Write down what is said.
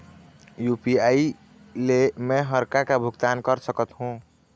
UPI ले मे हर का का भुगतान कर सकत हो?